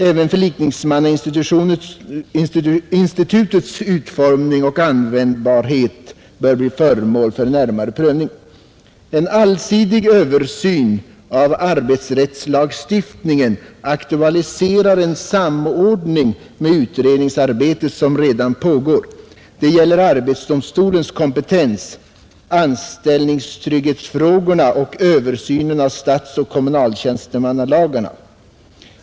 Även förlikningsmannainstitutets utformning och användbarhet bör bli föremål för närmare prövning. En allsidig översyn av arbetsrättslagstiftningen aktualiserar en samordning med utredningsarbete som redan pågår. Det gäller arbetsdomstolens kompetens, anställningstrygghetsfrågorna och översynen av statsoch kommunaltjänstemannalagarna.